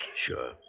Sure